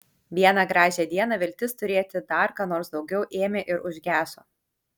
vieną gražią dieną viltis turėti dar ką nors daugiau ėmė ir užgeso